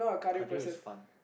cardio is fun